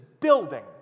building